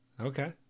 Okay